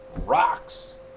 ROCKS